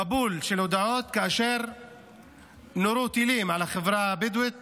מבול של הודעות כאשר נורו טילים על החברה הבדואית